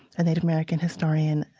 a native american historian,